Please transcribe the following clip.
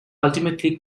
ultimately